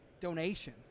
donation